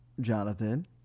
Jonathan